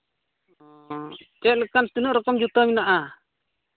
ᱪᱮᱫ ᱞᱮᱠᱟ ᱛᱤᱱᱟᱹᱜ ᱨᱚᱠᱚᱢ ᱡᱩᱛᱟᱹ ᱢᱮᱱᱟᱜᱼᱟ